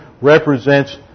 represents